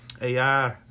AI